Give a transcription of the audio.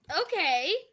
okay